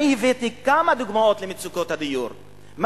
הבאתי כמה דוגמאות למצוקות הדיור,